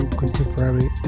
contemporary